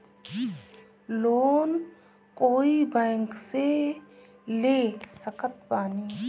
Loan कोई bank से ले सकत बानी?